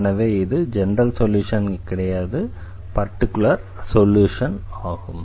எனவே இது general solution இல்லை பர்டிகுலர் சொல்யூஷன் ஆகும்